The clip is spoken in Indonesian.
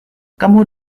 kamu